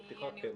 כן, בבקשה.